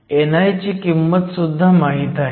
ni ची किंमत सुद्धा माहीत आहे